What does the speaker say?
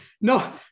No